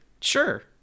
Sure